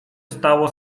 stało